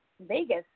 Vegas